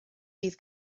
bydd